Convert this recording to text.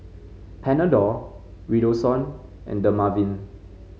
Panadol Redoxon and Dermaveen